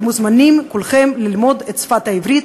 אתם מוזמנים כולכם ללמוד את השפה העברית,